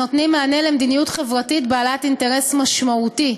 הנותנים מענה למדיניות חברתית בעלת אינטרס משמעותי.